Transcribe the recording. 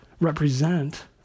represent